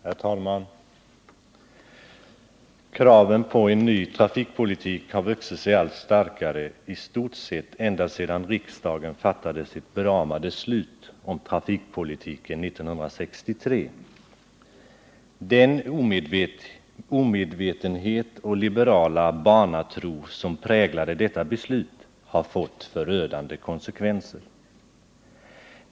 Herr talman! Kraven på en ny trafikpolitik har vuxit sig allt starkare i stort sett ända sedan riksdagen fattade sitt beramade beslut om trafikpolitiken 1963. Den omedvetenhet och liberala barnatro som präglade detta beslut har fått förödande konsekvenser.